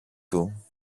του